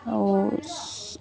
আৰু